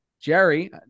Jerry